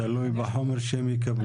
תלוי בחומר שהם יקבלו.